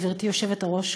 גברתי היושבת-ראש,